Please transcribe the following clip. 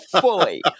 fully